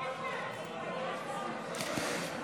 להעביר לוועדה את הצעת חוק תאגידי מים וביוב (תיקון,